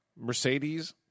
Mercedes